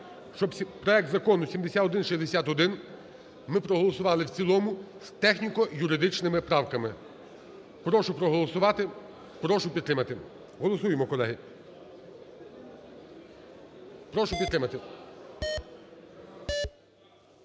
проект Закону 7161 ми проголосували в цілому з техніко-юридичними правками. Прошу проголосувати. Прошу підтримати. Голосуємо, колеги. Прошу підтримати.